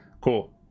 Cool